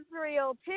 Israel